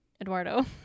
Eduardo